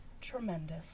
tremendous